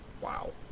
Wow